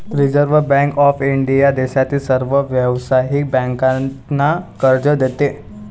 reserve bank of India देशातील सर्व व्यावसायिक बँकांना कर्ज देते